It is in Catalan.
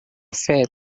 fet